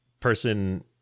person